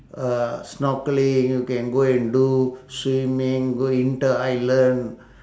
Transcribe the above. uh snorkelling you can go and do swimming go inter island